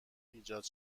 ایجاد